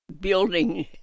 building